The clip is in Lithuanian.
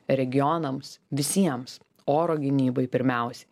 regionams visiems oro gynybai pirmiausia